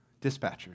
Dispatchers